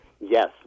Yes